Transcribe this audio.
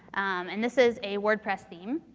and this is a wordpress theme.